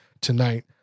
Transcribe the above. tonight